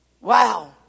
Wow